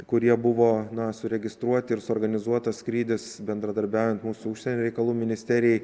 kurie buvo na suregistruoti ir suorganizuotas skrydis bendradarbiaujant mūsų užsienio reikalų ministerijai